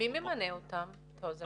אנחנו --- מי ממנה את עוזרי הבטיחות?